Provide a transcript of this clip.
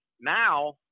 now